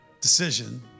decision